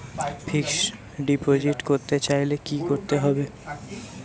Fixed deposit করতে চাইলে কি করতে হবে?